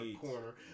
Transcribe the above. corner